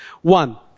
One